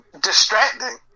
distracting